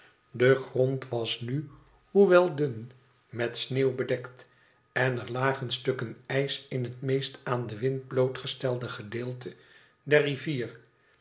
de grond was nu hoewel dun met sneeuw bedekt en er lagen stukken ijs in het meest aan den wind blootgestelde gedeelte der rivier